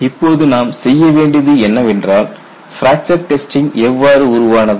இப்போது நாம் செய்ய வேண்டியது என்னவென்றால் பிராக்சர் டெஸ்டிங் எவ்வாறு உருவானது